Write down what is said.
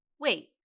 Wait